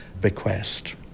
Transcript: bequest